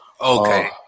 Okay